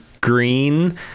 green